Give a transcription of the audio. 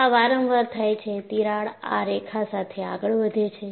આ વારંવાર થાય છે તિરાડ આ રેખા સાથે આગળ વધે છે